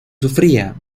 sufría